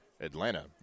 Atlanta